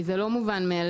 כי זה לא מובן מאליו,